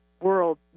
world